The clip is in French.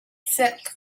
sept